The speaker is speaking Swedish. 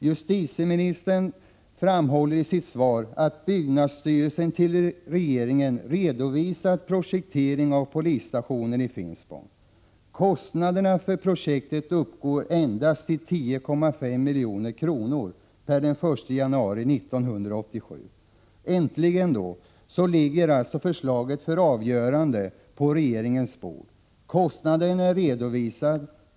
Justitieministern framhåller i sitt svar att byggnadsstyrelsen till regeringen har redovisat projekteringen för byggande av polisstation i Finspång. Kostnaden för projektet uppgår till endast 10,5 milj.kr. per den 1 januari 1987. Äntligen ligger alltså förslaget för avgörande på regeringens bord. Kostnaden är redovisad.